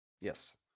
Yes